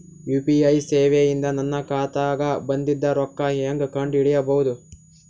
UPI ಸೇವೆ ಇಂದ ನನ್ನ ಖಾತಾಗ ಬಂದಿದ್ದ ರೊಕ್ಕ ಹೆಂಗ್ ಕಂಡ ಹಿಡಿಸಬಹುದು?